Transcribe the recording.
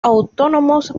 autónomos